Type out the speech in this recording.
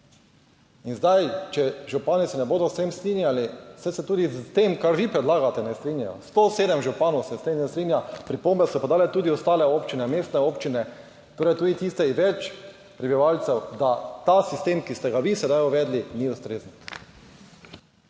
In zdaj, če župani se ne bodo s tem strinjali, saj se tudi s tem, kar vi predlagate, ne strinjajo, 107 županov se s tem ne strinja, pripombe so podale tudi ostale občine, mestne občine, torej tudi tiste z več prebivalcev, da ta sistem, ki ste ga vi sedaj uvedli, ni ustrezen.